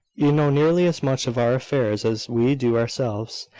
you know nearly as much of our affairs as we do ourselves,